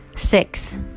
Six